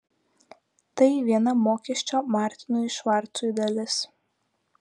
tai viena mokesčio martinui švarcui dalis